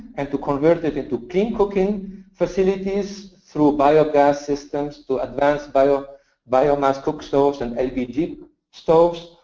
and to convert it into clean cooking facilities through biogas systems to advance biomass biomass cook stoves and lpg stoves,